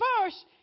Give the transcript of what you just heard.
first